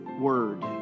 word